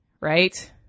Right